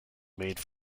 made